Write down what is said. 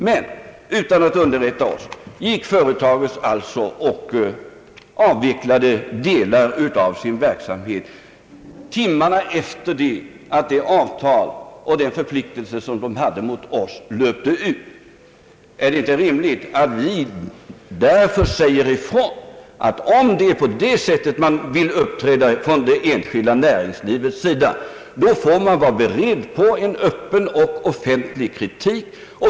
Men utan att underrätta oss avvecklade alltså företaget delar av sin verksamhet timmarna efter det att det avtal och de förpliktelser som det hade gentemot oss löpte ut. Är det inte rimligt att vi därför säger ifrån, att är det på det sättet som det enskilda näringslivet vill uppträda, får man vara beredd på en öppen och offentlig kritik.